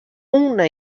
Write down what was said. una